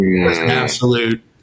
Absolute